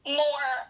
more